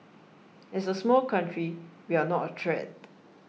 as a small country we are not a threat